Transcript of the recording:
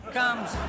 comes